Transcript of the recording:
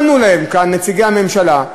מה ענו להם כאן נציגי הממשלה?